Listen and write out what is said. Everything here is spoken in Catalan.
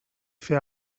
fer